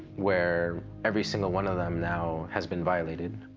were every single one of them now has been violated.